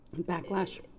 Backlash